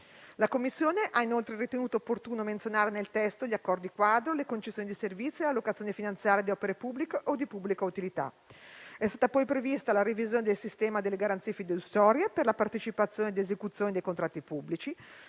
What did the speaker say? La Commissione ha inoltre ritenuto opportuno menzionare nel testo gli accordi quadro, le concessioni di servizi, la locazione finanziaria di opere pubbliche o di pubblica utilità. È stata poi prevista la revisione del sistema delle garanzie fideiussorie per la partecipazione ed esecuzione dei contratti pubblici,